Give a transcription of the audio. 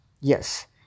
yes